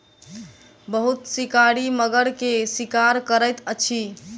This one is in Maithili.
बहुत शिकारी मगर के शिकार करैत अछि